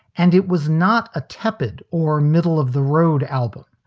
and it was not a tepid or middle of the road album.